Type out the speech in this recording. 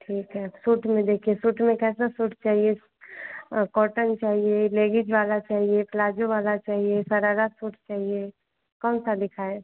ठीक है सूट में देखिए सूट में कैसा सूट चाहिए कॉटन चाहिए लेगीज वाला चाहिए प्लाजो वाला चाहिए शरारा सूट चाहिए कौन सा दिखाएँ